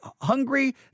hungry